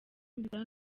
mbikora